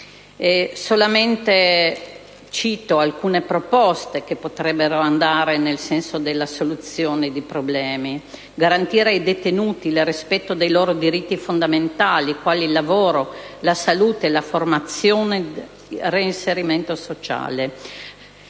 Cito solo alcune proposte che potrebbero portare alla soluzione dei problemi: garantire ai detenuti il rispetto dei loro diritti fondamentali quali il lavoro, la salute, la formazione ed il reinserimento sociale.